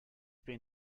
been